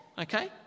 okay